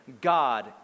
God